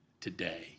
today